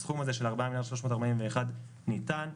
הסכום הזה של ארבעה מיליארד ו-341 מיליון שקלים ניתן.